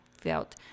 felt